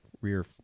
rear